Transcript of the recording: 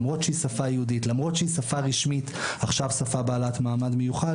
למרות שהיא שפה רשמית עכשיו שפה בעלת מעמד מיוחד